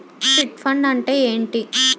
Chit fund అంటే ఏంటి?